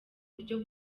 buryo